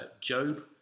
job